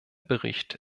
bericht